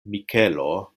mikelo